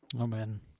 Amen